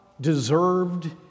deserved